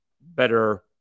better